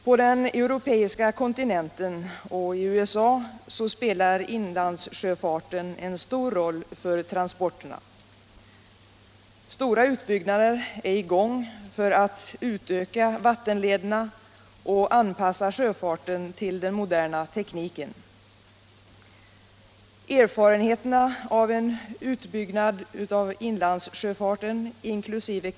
På den europeiska kontinenten och i USA spelar inlandssjöfarten en stor roll för transporterna. Stora utbyggnader är i gång för att utöka vattenlederna och anpassa sjöfarten till den moderna tekniken. Erfarenheterna av en utbyggd inlandssjöfart inkl.